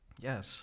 Yes